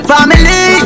Family